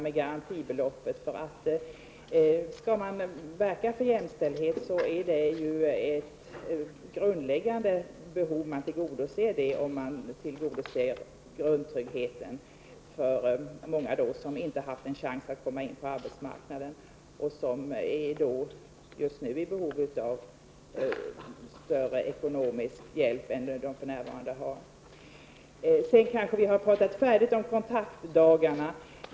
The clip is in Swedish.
Om man skall verka för jämställdhet är det ett grundläggande behov att man tillgodoser grundtryggheten för många som inte har haft en chans att komma in på arbetsmarknaden och som just nu är i behov av större ekonomisk hjälp än de för närvarande har. Vi kanske har talat färdigt om kontaktdagarna.